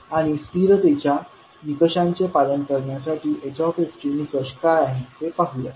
आणि स्थिरतेच्या निकषांचे पालन करण्यासाठी H चे निकष काय आहेत ते पाहूया